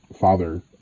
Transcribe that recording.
father